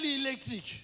electric